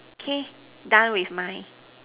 okay done with my